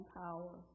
power